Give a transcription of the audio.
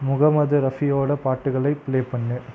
முகமது ரஃபியோட பாட்டுகளைப் பிளே பண்ணு